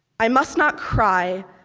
i must not cry.